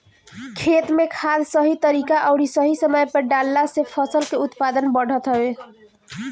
खेत में खाद सही तरीका अउरी सही समय पे डालला से फसल के उत्पादन बढ़त हवे